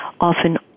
often